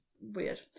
Weird